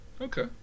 Okay